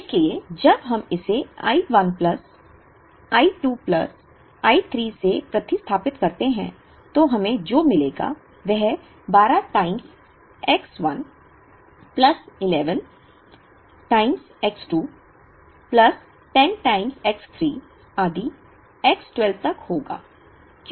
इसलिए जब हम इसे I 1 plus I 2 plus I 3 में प्रतिस्थापित करते हैं तो हमें जो मिलेगा वह 12 times X 1 plus 11 times X 2 plus 10 times X 3 आदि X 12 तक होगा